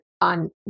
on